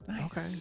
Okay